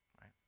right